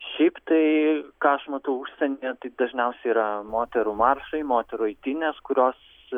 šiaip tai ką aš matau užsienyje tai dažniausiai yra moterų maršai moterų eitynės kurios